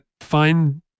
find